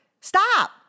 stop